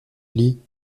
lit